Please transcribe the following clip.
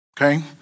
okay